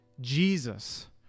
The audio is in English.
Jesus